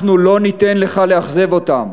אנחנו לא ניתן לך לאכזב אותם.